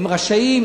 השרים רשאים,